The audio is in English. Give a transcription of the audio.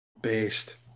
Based